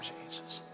Jesus